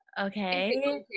okay